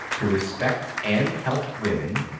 to respect and help women,